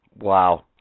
wow